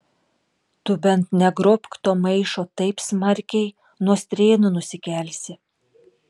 tu bent negrobk to maišo taip smarkiai nuo strėnų nusikelsi